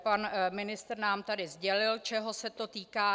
Pan ministr nám zde sdělil, čeho se to týká.